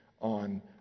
on